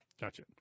Gotcha